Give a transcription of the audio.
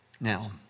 Now